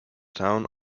town